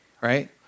right